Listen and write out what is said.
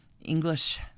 English